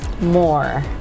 more